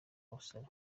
ubusabe